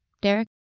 Derek